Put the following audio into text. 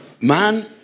man